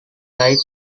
light